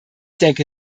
denke